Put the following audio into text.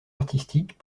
artistiques